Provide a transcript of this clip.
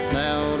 now